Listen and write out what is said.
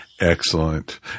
Excellent